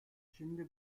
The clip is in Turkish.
şimdi